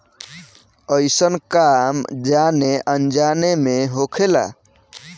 अइसन काम जाने अनजाने मे होखेला